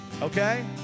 okay